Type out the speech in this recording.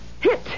Hit